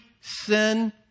sin